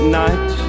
night